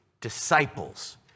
disciples